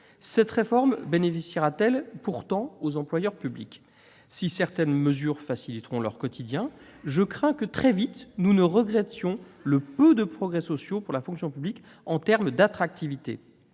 Cette réforme bénéficiera-t-elle aux employeurs publics ? Si certaines mesures faciliteront leur quotidien, je crains que, très vite, nous ne regrettions le peu de progrès sociaux que cela entraînera pour la fonction publique en termes d'attractivité.